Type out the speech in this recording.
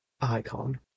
icon